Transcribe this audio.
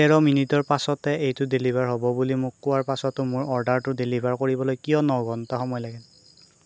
তেৰ মিনিটৰ পাছতে এইটো ডেলিভাৰ হ'ব বুলি মোক কোৱাৰ পাছতো মোৰ অৰ্ডাৰটো ডেলিভাৰ কৰিবলৈ কিয় ন ঘণ্টা সময় লাগিল